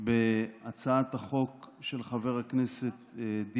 המשפטים להשיב על הצעה של חבר כנסת מהשורות שלכם,